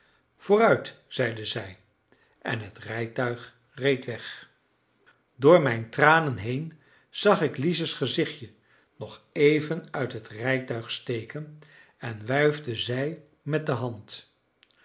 vooruit zeide zij en het rijtuig reed weg door mijn tranen heen zag ik lize's gezichtje nog even uit het rijtuig steken en wuifde zij met de hand